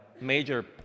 major